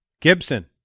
Gibson